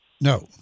No